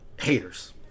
haters